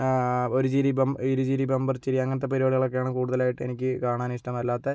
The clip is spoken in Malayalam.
ഒരു ചിരി ബം ഇരു ചിരി ബംമ്പർ ചിരി അങ്ങനത്തെ പരിപാടികളൊക്കെ ആണ് കൂടുതലായിട്ട് എനിക്ക് കാണാൻ ഇഷ്ട്ടം അല്ലാത്തെ